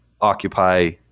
Occupy